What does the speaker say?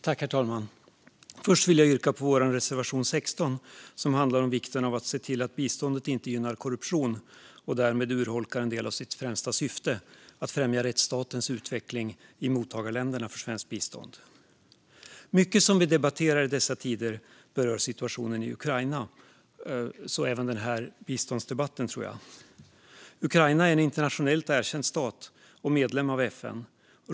Herr talman! Först vill jag yrka bifall till vår reservation 16, som handlar om vikten av att se till att biståndet inte gynnar korruption och därmed urholkar en del av sitt främsta syfte, nämligen att främja rättsstatens utveckling i de länder som är mottagare av svenskt bistånd. Mycket som vi debatterar i dessa tider berör situationen i Ukraina. Det gäller även den här biståndsdebatten. Ukraina är en internationellt erkänd stat och medlem av FN.